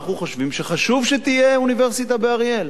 אנחנו חושבים שתהיה אוניברסיטה באריאל.